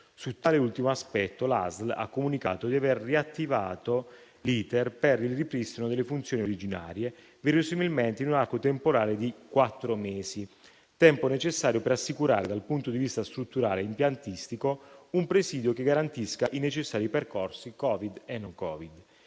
Su tale ultimo aspetto, l'ASL ha comunicato di aver riattivato l'*iter* per il ripristino delle funzioni originarie verosimilmente in un arco temporale di quattro mesi, necessario per assicurare dal punto di vista strutturale e impiantistico un presidio che garantisca i necessari percorsi Covid e non Covid.